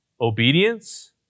obedience